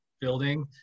building